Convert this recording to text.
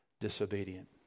disobedient